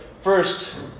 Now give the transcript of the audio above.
first